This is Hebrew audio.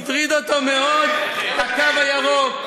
הטריד אותו מאוד הקו הירוק.